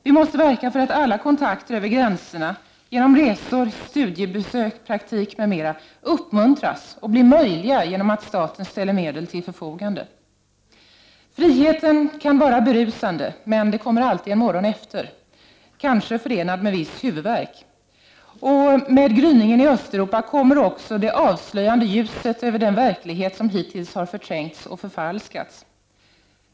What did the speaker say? Vi måste verka för att alla kontakter över gränserna — genom resor, studiebesök, praktik m.m. — uppmuntras och blir möjliga genom att staten ställer medel till förfogande. Friheten kan vara berusande, men det kommer alltid en morgon efter — kanske förenad med viss huvudvärk. Med gryningen i Östeuropa kommer också det avslöjande ljuset över den verklighet som hittills har förträngts och förfalskats.